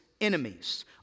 enemies